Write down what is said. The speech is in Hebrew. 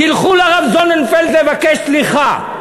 תלכו לרב זוננפלד לבקש סליחה.